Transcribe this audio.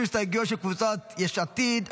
הוגשו הסתייגויות של קבוצת יש עתיד,